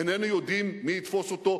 איננו יודעים מי יתפוס אותו,